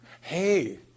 Hey